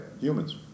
humans